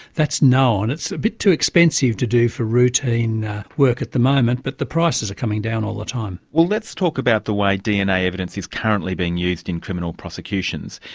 that's known, it's a bit too expensive to do for routine work at the moment, but the prices are coming down all the time. well let's talk about the way dna evidence is currently being used in criminal prosecutions.